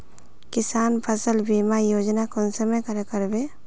किसान फसल बीमा योजना कुंसम करे करबे?